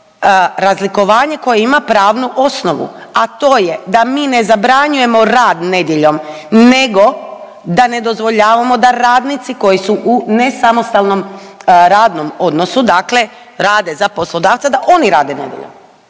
to razlikovanje koje ima pravnu osnovu, a to je da mi ne zabranjujemo rad nedjeljom, nego da ne dozvoljavamo da radnici koji su u nesamostalnom radnom odnosu, dakle rade za poslodavca da oni rade nedjeljom,